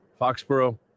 Foxborough